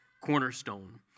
cornerstone